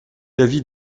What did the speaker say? l’avis